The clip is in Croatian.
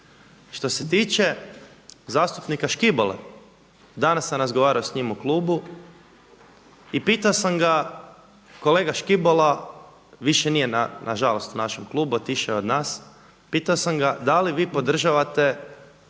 Što se tiče zastupnika Škibole, danas sam razgovarao s njim u klubu i pitao sam ga kolega Škibola više nije na žalost u našem klubu, otišao je od nas. Pitao sam ga da li vi podržavate